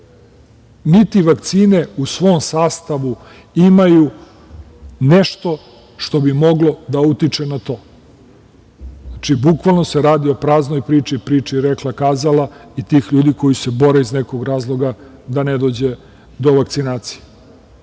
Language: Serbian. niti vakcine u svom sastavu imaju nešto što bi moglo da utiče na to. Znači, bukvalno se radi o praznoj priči, priči rekla-kazala i tih ljudi koji se iz nekog razloga bore da ne dođe do vakcinacije.I,